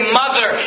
mother